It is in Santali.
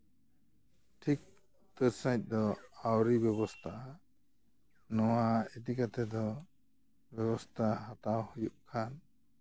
ᱴᱷᱤᱠ ᱥᱟᱺᱦᱤᱡ ᱫᱚ ᱟᱹᱣᱨᱤ ᱵᱮᱵᱚᱥᱛᱷᱟᱜᱼᱟ ᱱᱚᱣᱟ ᱤᱫᱤ ᱠᱟᱛᱮ ᱫᱚ ᱵᱮᱵᱚᱥᱛᱷᱟ ᱦᱟᱛᱟᱣ ᱦᱩᱭᱩᱜ ᱠᱷᱟᱱ